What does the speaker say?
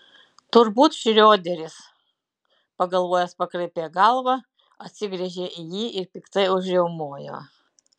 turbūt šrioderis pagalvojęs pakraipė galvą atsigręžė į jį ir piktai užriaumojo